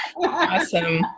Awesome